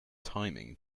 timing